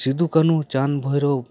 Sidhu Kanhu Chand ᱵᱷᱳᱹᱭᱨᱳᱵ